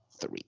three